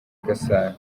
gasana